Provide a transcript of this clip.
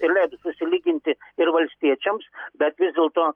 ir leido susilyginti ir valstiečiams bet vis dėlto